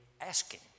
asking